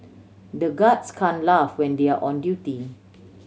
the guards can laugh when they are on duty